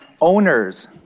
owners